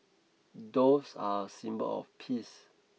doves are a symbol of peace